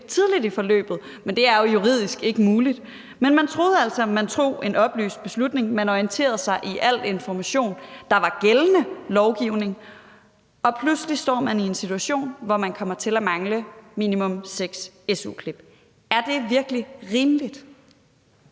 tidligt i forløbet. Det er jo juridisk ikke muligt, men man troede altså, at man tog en oplyst beslutning. Man orienterede sig i al den information, der var i forhold til den gældende lovgivning, og pludselig står man i en situation, hvor man kommer til at mangle minimum seks su-klip. Er det virkelig rimeligt?